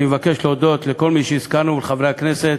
אני מבקש להודות לכל מי שהזכרנו מחברי הכנסת